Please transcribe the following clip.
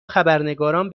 خبرنگاران